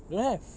don't have